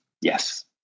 yes